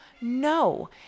No